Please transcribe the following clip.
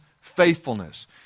faithfulness